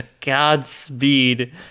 godspeed